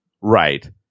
Right